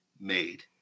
made